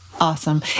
Awesome